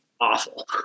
Awful